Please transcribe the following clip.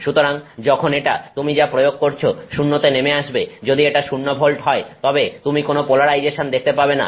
সুতরাং যখন এটা তুমি যা প্রয়োগ করছো 0 তে নেমে আসবে যদি এটা 0 ভোল্ট হয় তবে তুমি কোন পোলারাইজেশন দেখতে পাবে না